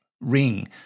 ring